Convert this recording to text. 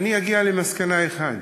אני אגיע למסקנה אחת: